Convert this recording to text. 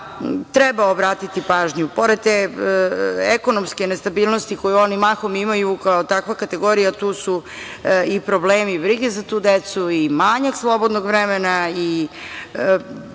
treba obratiti pažnju. Pored te ekonomske nestabilnosti koju oni mahom imaju kao takva kategorija, tu su i problemi brige za tu decu i manjak slobodnog vremena i,